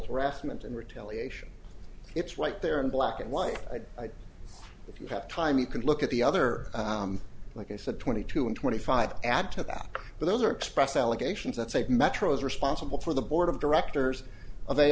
harassment and retaliation it's right there in black and white if you have time you can look at the other like i said twenty two and twenty five add to that but those are express allegations that say metro is responsible for the board of directors o